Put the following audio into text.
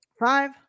five